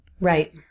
Right